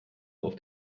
auf